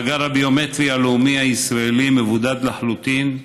המאגר הביומטרי הלאומי הישראלי מבודד לחלוטין,